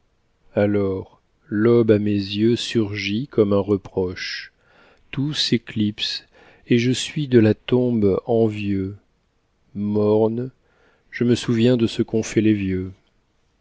alors l'aube à mes yeux surgit comme un reproche tout s'éclipse et je suis de la tombe envieux morne je me souviens de ce qu'ont fait les vieux